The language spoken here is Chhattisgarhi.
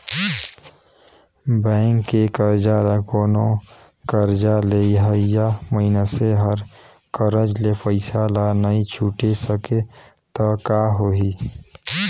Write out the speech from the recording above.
बेंक के करजा ल कोनो करजा लेहइया मइनसे हर करज ले पइसा ल नइ छुटे सकें त का होही